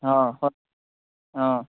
অঁ হয় অঁ